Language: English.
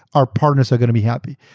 our partners are going to be happy.